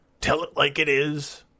tell-it-like-it-is